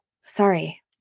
sorry